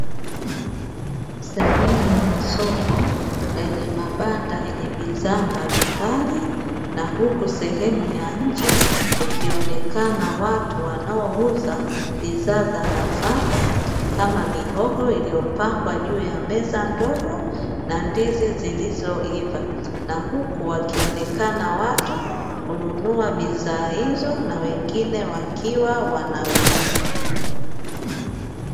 Sehemu ya soko yenye mabanda yenye bidhaa mbalimbali na huku sehemu ya nje kukionekana watu wanaouza bidhaa za nafaka kama mihogo, iliyopangwa juu ya meza ndogo na ndizi zilizoiva, na huku wakionekana watu kununua bidhaa hizo na wengine wakiwa wanauza.